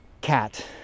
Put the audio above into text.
cat